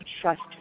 trust